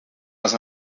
les